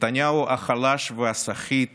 נתניהו החלש והסחיט